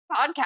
podcast